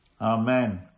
Amen